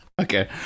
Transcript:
Okay